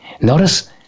Notice